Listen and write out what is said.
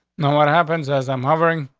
no, what happens as i'm hovering,